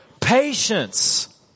Patience